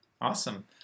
Awesome